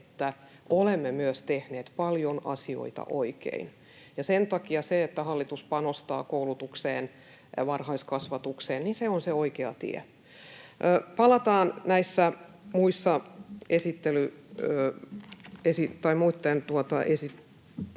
että olemme myös tehneet paljon asioita oikein. Sen takia se, että hallitus panostaa koulutukseen ja varhaiskasvatukseen, on se oikea tie. Palataan näiden muitten esittelyiden